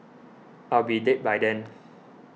I'll be dead by then